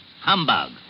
Humbug